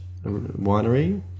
winery